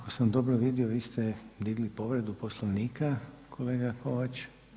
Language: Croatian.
Ako sam dobro vidio vi ste digli povredu Poslovnika kolega Kovač?